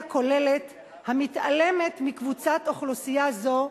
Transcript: כוללת המתעלמת מקבוצת אוכלוסייה זו,